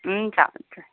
हुन्छ हुन्छ